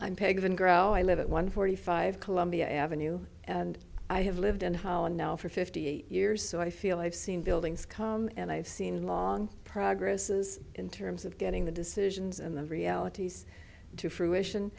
i'm pagan grow i live at one forty five columbia avenue and i have lived in holland now for fifty eight years so i feel i've seen buildings come and i've seen long progresses in terms of getting the decisions and the realities to fruition